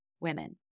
women